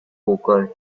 poker